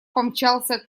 помчался